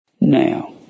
now